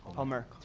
homer.